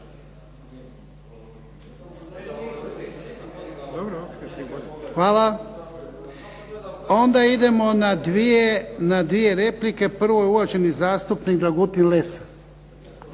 Hvala. Onda idemo na dvije replike, prvo je uvaženi zastupnik Dragutin Lesar.